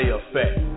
Effect